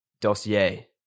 dossier